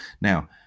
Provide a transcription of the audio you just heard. Now